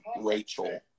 Rachel